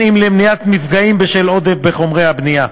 למניעת מפגעים בשל עודף בחומרי הבנייה.